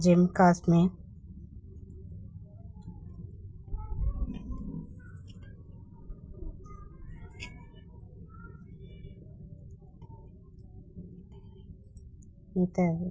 జమ్మూ కాశ్మీర్ ఇంతే